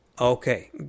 Okay